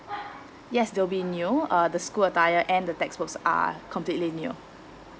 yes they'll be new uh the school attire and the textbooks are completely new